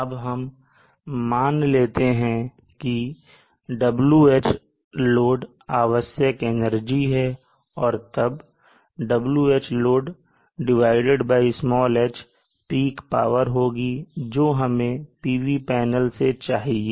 अब हम मान लेते हैं कि WhLoad आवश्यक एनर्जी है और तब WhLoad h peak पावर होगी जो हमें PV पैनल से चाहिए